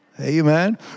Amen